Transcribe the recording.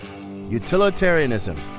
utilitarianism